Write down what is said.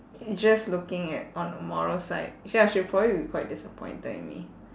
just looking at on the moral side ya she'll probably be quite disappointed in me